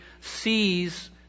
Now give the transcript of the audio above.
sees